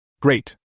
Great